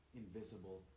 invisible